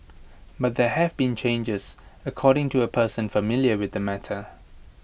but there have been challenges according to A person familiar with the matter